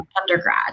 undergrad